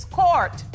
court